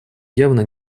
явно